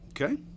Okay